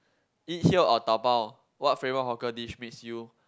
eat here or dabao what favourite hawker dish makes you